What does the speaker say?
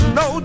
no